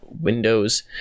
Windows